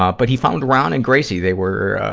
ah but he found ron and gracie. they were, ah,